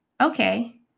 Okay